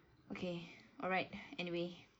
okay alright anyway